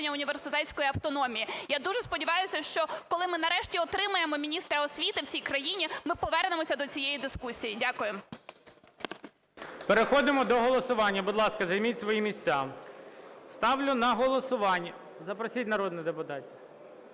Переходимо до голосування. Будь ласка, займіть свої місця. Ставлю на голосування. Запросіть народних депутатів.